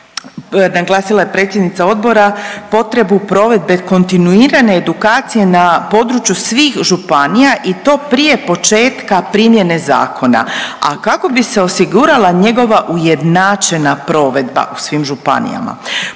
naglasila je predsjednica odbora, potrebu provedbe kontinuirane edukacije na području svih županija i to prije početka primjene zakona, a kako bi se osigurala njegova ujednačena provedba u svim županijama,